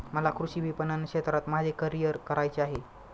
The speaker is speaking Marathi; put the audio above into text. मला कृषी विपणन क्षेत्रात माझे करिअर करायचे आहे